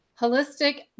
Holistic